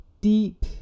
deep